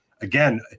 again